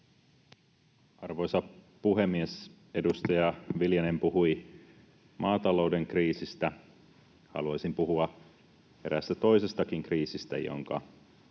Arvoisa puhemies! Edustaja Viljanen puhui maatalouden kriisistä. Haluaisin puhua eräästä toisestakin kriisistä, jonka